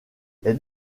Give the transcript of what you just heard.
les